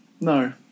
no